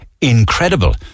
incredible